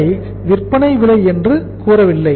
அதை விற்பனை விலை என்று கூறவில்லை